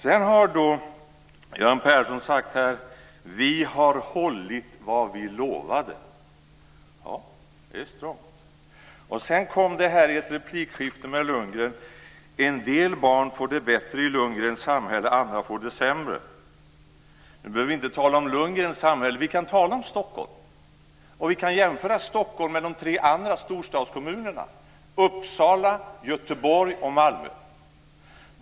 Göran Persson sade här: Vi har hållit vad vi lovade. Det är strongt. Sedan kom det i ett replikskifte med Lundgren: En del barn får det bättre i Lundgrens samhälle, andra får det sämre. Nu behöver vi inte tala om Lundgrens samhälle. Vi kan tala om Stockholm. Vi kan jämföra Stockholm med de tre andra storstadskommunerna Uppsala, Göteborg och Malmö.